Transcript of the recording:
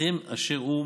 והליכים אשר הוא